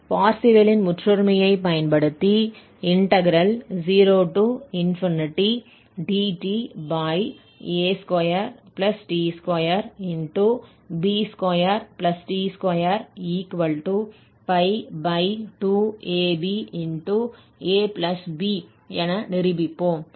Parseval Parseval's ன் முற்றொருமையைப் பயன்படுத்தி 0dta2t2b2t22abab என நிரூபிப்போம்